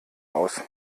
aus